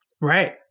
right